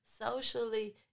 socially